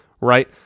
right